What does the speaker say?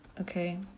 Okay